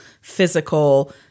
physical